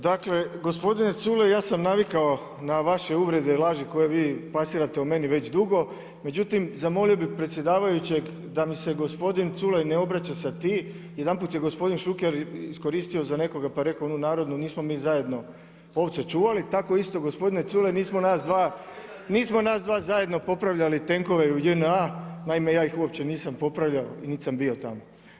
Dakle, gospodine Culej ja sam navikao na vaše uvrede i laže koje vi plasirate o meni već dugo, međutim zamolio bi predsjedavajućeg da mi se gospodin Culej ne obraća sa „ti“, jedanput je gospodin Šuker iskoristio za nekoga, pa rekao onu narodnu „Nismo mi zajedno ovce čuvali“, tako isto gospodine Culej, nismo nas dva zajedno popravljali tenkove u JNA, naime ja ih uopće nisam popravljao nit sam bio tamo.